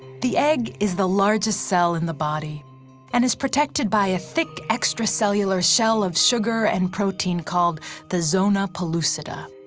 the egg is the largest cell in the body and is protected by a thick, extracellular shell of sugar and protein called the zona pellucida.